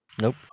Nope